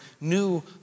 new